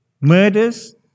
murders